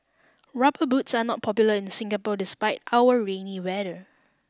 Rubber Boots are not popular in Singapore despite our rainy weather